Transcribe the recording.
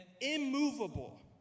immovable